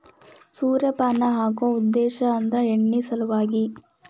ಸೂರ್ಯಪಾನ ಹಾಕು ಉದ್ದೇಶ ಅಂದ್ರ ಎಣ್ಣಿ ಸಲವಾಗಿ